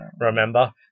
Remember